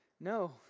No